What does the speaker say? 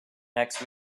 next